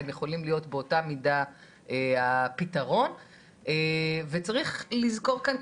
הם יכולים להיות באותה מידה הפתרון וצריך לזכור כאן,